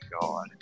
God